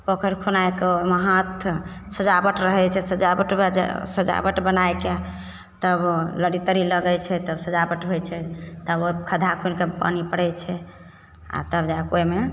पोखरि खुनाके ओइमे हाथ सजावट रहय छै सजावट उएह जे सजावट बनाइके तब लड़ी तड़ी लगय छै तऽ सजावट होइ छै तब ओइ खद्धा खुनि कए पानि पड़य छै आओर तब जाके ओइमे